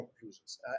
conclusions